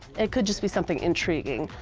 it could just be something intriguing.